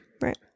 right